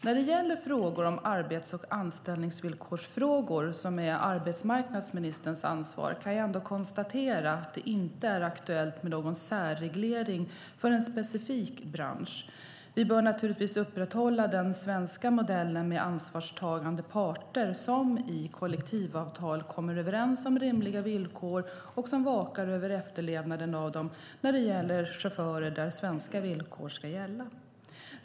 När det gäller frågor om arbets och anställningsvillkor, som är arbetsmarknadsministerns ansvar, kan jag ändå konstatera att det inte är aktuellt med någon särreglering för en specifik bransch. Vi bör naturligtvis upprätthålla den svenska modellen med ansvarstagande parter som i kollektivavtal kommer överens om rimliga villkor, och som vakar över efterlevnaden av dem, när det gäller chaufförer där svenska villkor ska gälla.